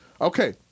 Okay